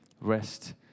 rest